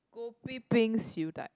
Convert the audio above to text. kopi peng siew dai